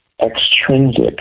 extrinsic